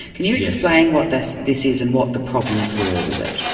can you explain what this this is and what the problems were with it?